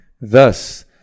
Thus